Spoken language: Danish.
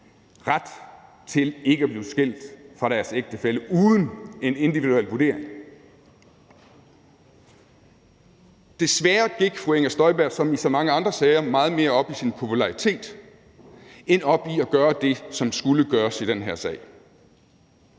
ret til ikke at blive skilt fra deres ægtefælle uden en individuel vurdering. Desværre gik fru Inger Støjberg som i så mange andre sager meget mere op i sin popularitet end op i at gøre det, som skulle gøres i den her sag.